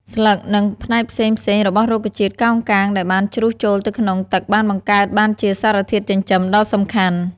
ស្លឹក និងផ្នែកផ្សេងៗរបស់រុក្ខជាតិកោងកាងដែលបានជ្រុះចូលទៅក្នុងទឹកបានបង្កើតបានជាសារធាតុចិញ្ចឹមដ៏សំខាន់។